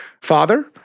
father